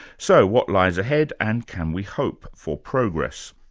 so what lies ahead, and can we hope for progress?